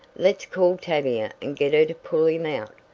let's call tavia and get her to pull him out.